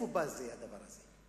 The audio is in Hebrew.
מאיפה בא הדבר הזה?